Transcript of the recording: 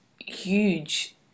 huge